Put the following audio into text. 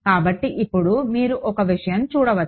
కాబట్టి ఇప్పుడు మీరు ఒక విషయం చూడవచ్చు